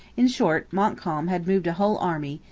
in short, montcalm had moved a whole army,